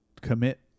commit